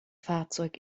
fahrzeug